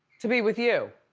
to be with you?